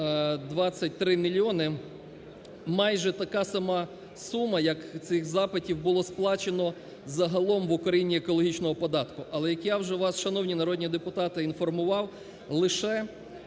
623 мільйони. Майже така сама сума, як цих запитів, було сплачено загалом в Україні екологічного податку. Але як я вже вас, шановні народні депутати, інформував, лише